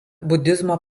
budizmo